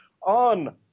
on